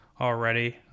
already